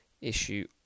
issue